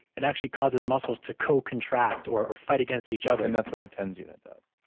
it actually causes muscles to co-contract or or fight against each other and that's what a tens unit does?